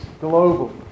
global